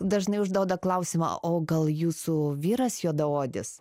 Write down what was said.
dažnai užduoda klausimą o gal jūsų vyras juodaodis